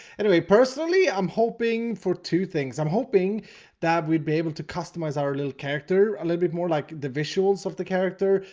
anyway, personally, i'm hoping for two things. i'm hoping that we'll be able to customize our little character a little bit more, like the visuals of the character.